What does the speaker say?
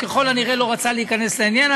הוא ככל הנראה לא רצה להיכנס לעניין,